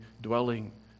dwelling